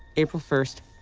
april first,